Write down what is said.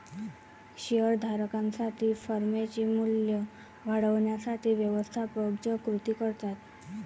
share धारकांसाठी फर्मचे मूल्य वाढवण्यासाठी व्यवस्थापक ज्या कृती करतात